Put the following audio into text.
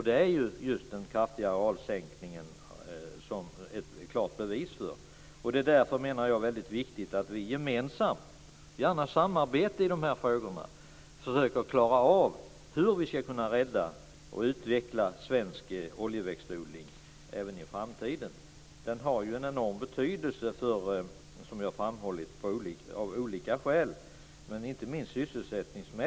Det är ju den kraftiga arealminskningen ett klart bevis för. Därför är det väldigt viktigt att vi samarbetar i dessa frågor och gemensamt försöker komma fram till hur vi skall kunna rädda och utveckla svensk oljeväxtodling även i framtiden. Den har ju en enorm betydelse, som vi har framhållit, av olika skäl. Inte minst gäller det sysselsättningen.